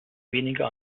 weniger